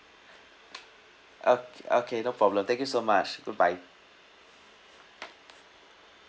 okay okay no problem thank you so much goodbye